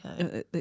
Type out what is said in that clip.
Okay